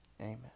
amen